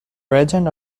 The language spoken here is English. regent